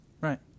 Right